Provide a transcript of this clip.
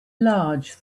large